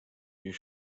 you